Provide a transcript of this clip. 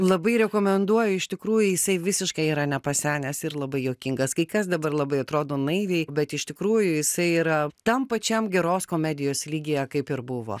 labai rekomenduoju iš tikrųjų jisai visiškai yra nepasenęs ir labai juokingas kai kas dabar labai atrodo naiviai bet iš tikrųjų jisai yra tam pačiam geros komedijos lygyje kaip ir buvo